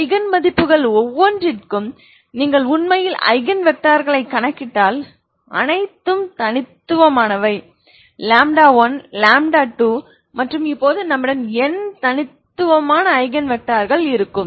eigen மதிப்புகள் ஒவ்வொன்றிற்கும் நீங்கள் உண்மையில் ஐகன் வெக்டர்களைக் கணக்கிட்டால் அனைத்தும் தனித்துவமானவை 1 2 மற்றும் இப்போது நம்மிடம் n தனித்துவமான ஐகன் வெக்டர்கள் இருக்கும்